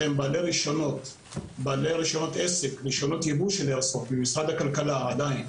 שהם בעלי רישיונות עסק ורישיונות ייבוא של איירסופט ממשרד הכלכלה עדיין,